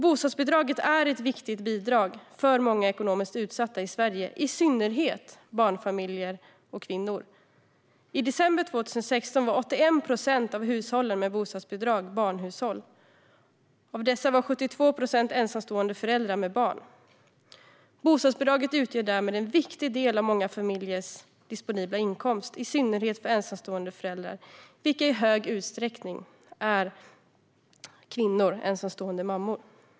Bostadsbidraget är ett viktigt bidrag för många ekonomiskt utsatta i Sverige, i synnerhet barnfamiljer och kvinnor. I december 2016 var 81 procent av hushållen med bostadsbidrag barnhushåll. Av dessa var 72 procent ensamstående föräldrar med barn. Bostadsbidraget utgör därmed en viktig del av många familjers disponibla inkomst. Det gäller i synnerhet ensamstående föräldrar, vilka i stor utsträckning är kvinnor - ensamstående mammor.